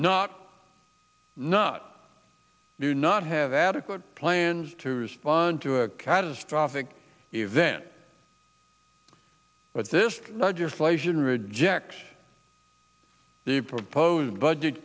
not not do not have adequate plans to respond to a catastrophic event but this legislation rejects the proposed budget